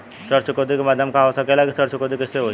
ऋण चुकौती के माध्यम का हो सकेला कि ऋण चुकौती कईसे होई?